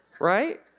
Right